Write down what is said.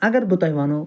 اَگر بہٕ تۄہہِ وَنہو